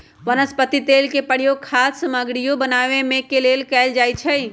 वनस्पति तेल के प्रयोग खाद्य सामगरियो बनावे के लेल कैल जाई छई